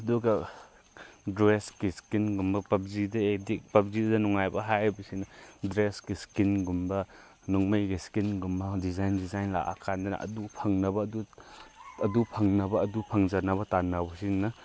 ꯑꯗꯨꯒ ꯗ꯭ꯔꯦꯁꯀꯤ ꯏꯁꯀꯤꯟꯒꯨꯝꯕ ꯄꯞꯖꯤꯗ ꯑꯦꯗꯤꯛ ꯄꯞꯖꯤꯗ ꯅꯨꯡꯉꯥꯏꯕ ꯍꯥꯏꯕꯁꯤꯅ ꯗ꯭ꯔꯦꯁꯀꯤ ꯏꯁꯀꯤꯟꯒꯨꯝꯕ ꯅꯣꯡꯃꯩꯒꯤ ꯏꯁꯀꯤꯟꯒꯨꯝꯕ ꯗꯤꯖꯥꯏꯟ ꯗꯤꯖꯥꯏꯟ ꯂꯥꯛꯑꯀꯥꯟꯗꯅ ꯑꯗꯨ ꯐꯪꯅꯕ ꯑꯗꯨ ꯐꯪꯅꯕ ꯑꯗꯨ ꯐꯪꯖꯅꯕ ꯇꯥꯟꯅꯕꯁꯤꯅ